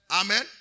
Amen